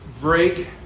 break